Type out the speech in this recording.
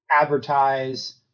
advertise